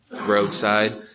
roadside